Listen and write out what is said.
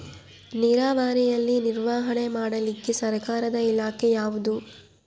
ನೇರಾವರಿಯಲ್ಲಿ ನಿರ್ವಹಣೆ ಮಾಡಲಿಕ್ಕೆ ಸರ್ಕಾರದ ಇಲಾಖೆ ಯಾವುದು?